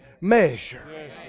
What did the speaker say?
measure